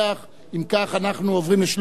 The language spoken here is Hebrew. תמשיך, תמשיך, הוא צודק.